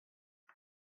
ich